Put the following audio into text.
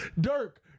Dirk